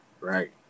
Right